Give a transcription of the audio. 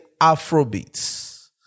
Afrobeats